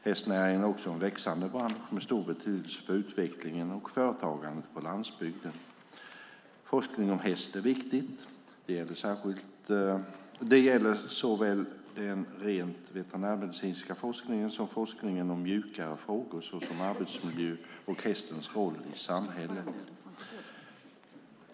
Hästnäringen är också en växande bransch med stor betydelse för utvecklingen och företagandet på landsbygden. Forskning om häst är viktigt. Det gäller såväl den rent veterinärmedicinska forskningen som forskningen om mjukare frågor såsom arbetsmiljö och hästens roll i samhället.